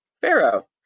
Pharaoh